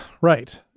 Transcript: Right